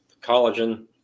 Collagen